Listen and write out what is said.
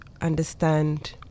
understand